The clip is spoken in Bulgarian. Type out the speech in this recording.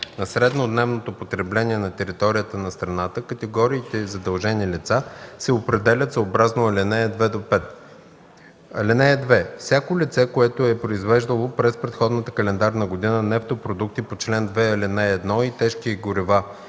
на среднодневното потребление на територията на страната, категориите задължени лица се определят съобразно ал. 2–5. (2) Всяко лице, което е произвеждало през предходната календарна година нефтопродукти по чл. 2, ал. 1 и тежки горива,